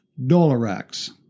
Dolorex